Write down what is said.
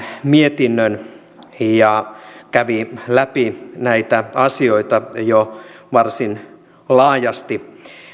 mietinnön ja kävi läpi näitä asioita jo varsin laajasti